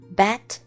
bat